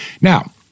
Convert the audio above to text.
Now